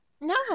No